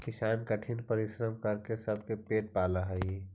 किसान कठिन परिश्रम करके सबके पेट पालऽ हइ